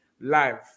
live